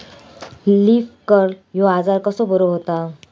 Leaf curl ह्यो आजार कसो बरो व्हता?